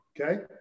okay